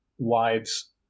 Wives